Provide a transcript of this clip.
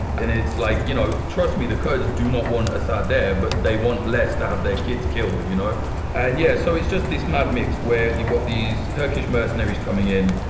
and like you know trust me, the kurds do not want assad there, but they want less to have their kids killed, you know and yeah, so it's just this mad mix where you've got these turkish mercenaries coming in,